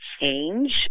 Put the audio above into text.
change